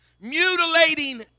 mutilating